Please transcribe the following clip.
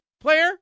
player